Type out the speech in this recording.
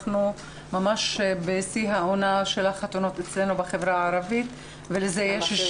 אנחנו ממש בשיא עונת החתונות אצלנו בחברה הערבית ולזה יש